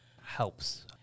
helps